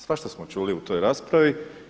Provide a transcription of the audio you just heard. Svašta smo čuli u toj raspravi.